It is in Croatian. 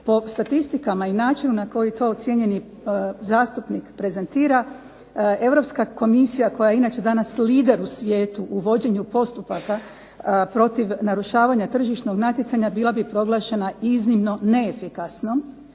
Po statistikama i načinu na koji to cijenjeni zastupnik prezentira, Europska Komisija koja inače danas lider u svijetu u vođenju postupaka protiv narušavanja tržišnog natjecanja bila bi proglašena iznimno neefikasnom,